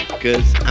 Cause